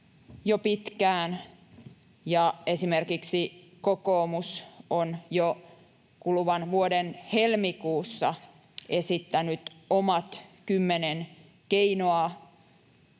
jo pitkään ja esimerkiksi kokoomus on jo kuluvan vuoden helmikuussa esittänyt omat kymmenen keinoa